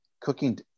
cooking